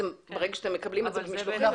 ברגע שמקבלים את זה במשלוחים, זה נתקע בבית.